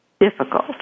difficult